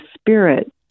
Spirit